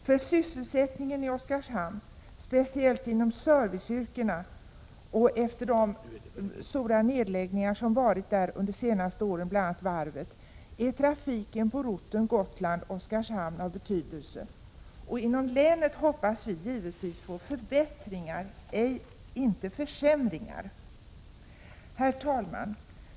För sysselsättningen i Oskarshamn, speciellt inom serviceyrkena, är trafiken på routen Gotland—-Oskarshamn av betydelse efter de stora nedläggningar som skett där under de senaste åren — jag tänker bl.a. på varvet. Inom länet hoppas vi givetvis på förbättringar, inte försämringar. Herr talman!